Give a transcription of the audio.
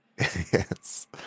Yes